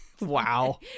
Wow